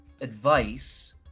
advice